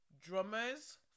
drummers